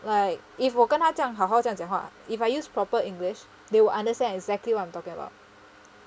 like if 我跟他这样好好这样讲话 if I use proper english they will understand exactly what I'm talking about